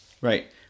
Right